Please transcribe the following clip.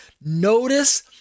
Notice